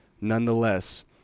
Nonetheless